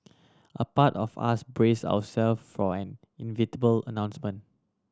a part of us brace ourself for an inevitable announcement